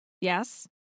Yes